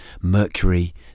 mercury